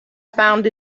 found